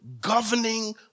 governing